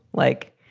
like,